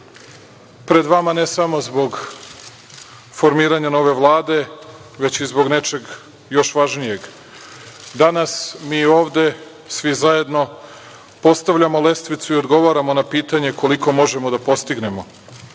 pred vama ne samo zbog formiranja nove vlade, već i zbog nečeg još važnijeg, danas mi ovde svi zajedno postavljamo lestvicu i odgovaramo na pitanje koliko možemo da postignemo.